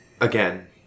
again